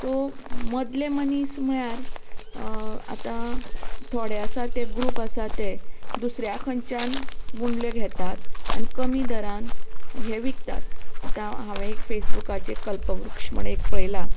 so मदले मनीस म्हळ्यार आतां थोडे आसा तें ग्रुप आसा ते दुसऱ्या खंयच्यान मुंडल्यो घेतात आमी कमी दरांत विकतात आता हांवें एक फेसबुकाचेर कल्पवृक्ष म्हण पळयलां